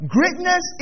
Greatness